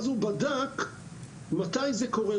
הוא בדק מתי זה קורה.